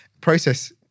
process